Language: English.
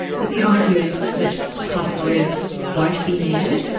but the idea is that private lawyers won't be needed.